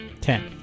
Ten